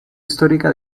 histórica